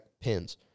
pins